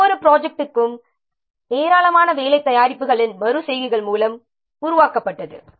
ஒவ்வொரு ப்ரொஜெக்ட்டும் ஏராளமான வேலை தயாரிப்புகளின் மறு செய்கைகள் மூலம் உருவாக்கப்பட்டது